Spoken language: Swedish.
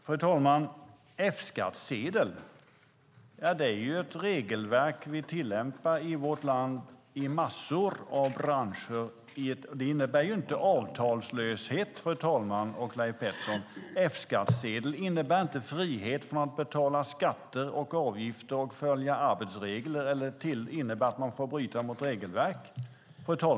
Fru talman! F-skattsedel är något vi tillämpar i vårt land i massor av branscher. Det innebär inte avtalslöshet, fru talman och Leif Pettersson. F-skattsedel innebär inte frihet från att betala skatter och avgifter och följa arbetsregler. Det innebär inte att man får bryta mot regelverk.